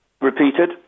repeated